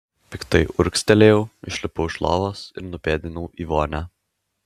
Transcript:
piktai urgztelėjau išlipau iš lovos ir nupėdinau į vonią